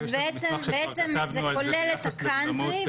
אז בעצם זה כולל את הקאנטרי?